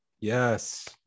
yes